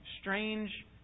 strange